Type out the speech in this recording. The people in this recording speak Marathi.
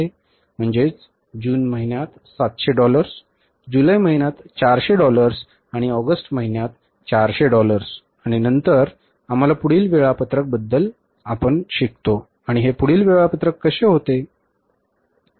म्हणजेच जून महिन्यात 700 हजार डॉलर्स आणि जुलै महिन्यात 400 हजार डॉलर्स आणि ऑगस्ट महिन्यात 400 हजार डॉलर्स आणि नंतर आम्हाला पुढील वेळापत्रक बद्दल शिकलो आणि ते पुढील वेळापत्रक कसे होते ते